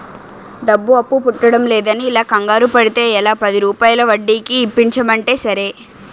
డబ్బు అప్పు పుట్టడంలేదని ఇలా కంగారు పడితే ఎలా, పదిరూపాయల వడ్డీకి ఇప్పించమంటే సరే